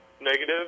negative